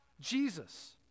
Jesus